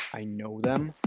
i know them?